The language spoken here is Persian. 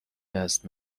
دست